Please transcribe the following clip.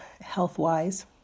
health-wise